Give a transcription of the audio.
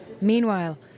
Meanwhile